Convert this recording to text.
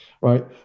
right